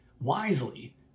wisely